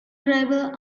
driver